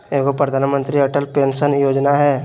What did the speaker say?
एगो प्रधानमंत्री अटल पेंसन योजना है?